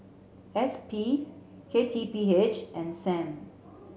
S P K T P H and Sam